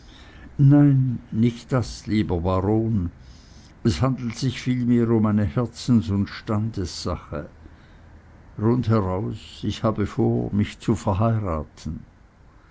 nein nicht das lieber baron es handelt sich vielmehr um eine herzens und standessache rundheraus ich habe vor mich zu verheiraten